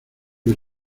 que